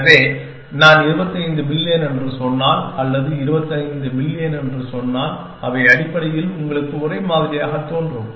எனவே நான் 25 பில்லியன் என்று சொன்னால் அல்லது 25 மில்லியன் என்று சொன்னால் அவை அடிப்படையில் உங்களுக்கு ஒரே மாதிரியாகத் தோன்றும்